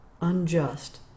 unjust